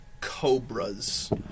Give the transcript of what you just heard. cobras